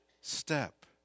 step